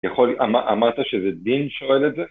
‫יכול.. אמרת שזה דין שואל את זה?